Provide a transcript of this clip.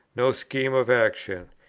no schemes of action,